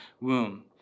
womb